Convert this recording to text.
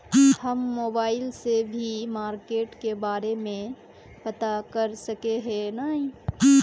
हम मोबाईल से भी मार्केट के बारे में पता कर सके है नय?